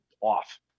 off